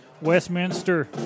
Westminster